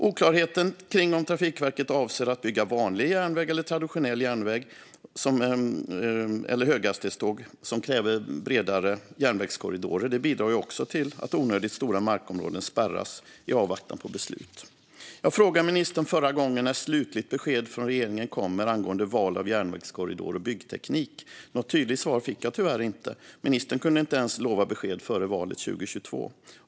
Oklarheten kring om Trafikverket avser att bygga vanlig, traditionell järnväg eller höghastighetståg som kräver bredare järnvägskorridorer bidrar också till att onödigt stora markområden spärras i avvaktan på beslut. Jag frågade ministern förra gången när slutligt besked från regeringen kommer angående val av järnvägskorridor och byggteknik. Något tydligt svar fick jag tyvärr inte. Ministern kunde inte ens lova besked före valet 2022.